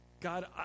God